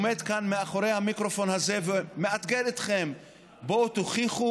עומד כאן מאחורי המיקרופון הזה ומאתגר אתכם: בואו תוכיחו